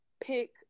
pick